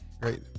Great